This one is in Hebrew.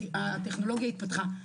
הטכנולוגיה התפתחה,